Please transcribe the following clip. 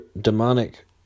demonic